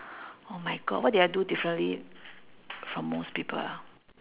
oh my god what did I do differently from most people ah